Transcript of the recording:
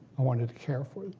i wanted to care for